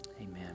Amen